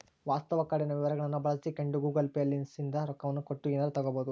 ವಾಸ್ತವ ಕಾರ್ಡಿನ ವಿವರಗಳ್ನ ಬಳಸಿಕೊಂಡು ಗೂಗಲ್ ಪೇ ಲಿಸಿಂದ ರೊಕ್ಕವನ್ನ ಕೊಟ್ಟು ಎನಾರ ತಗಬೊದು